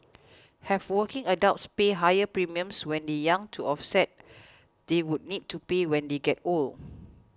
have working adults pay higher premiums when the young to offset they would need to pay when they get old